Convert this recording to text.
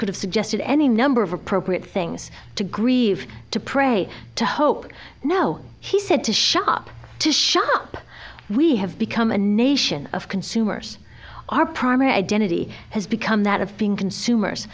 could have suggested any number of appropriate things to grieve to pray to hope no he said to shop to shop we have become a nation of consumers our primary identity has become that of being consumers